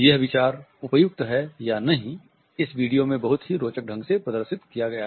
यह विचार उपयुक्त है या नहीं इस वीडियो में बहुत ही रोचक ढंग से प्रदर्शित किया गया है